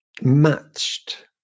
matched